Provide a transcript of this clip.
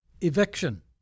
eviction